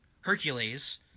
Hercules